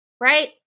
Right